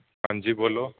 ਹਾਂਜੀ ਬੋਲੋ